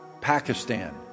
Pakistan